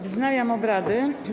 Wznawiam obrady.